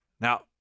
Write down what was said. Now